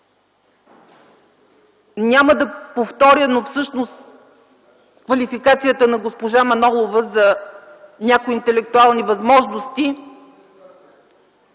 няма да повторя, но всъщност, квалификацията на госпожа Манолова за някои интелектуални възможности,